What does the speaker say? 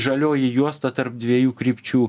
žalioji juosta tarp dviejų krypčių